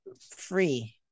free